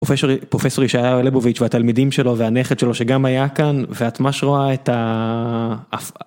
פרופסור ישעיהו ליבוביץ' והתלמידים שלו והנכד שלו שגם היה כאן ואת ממש רואה את האף.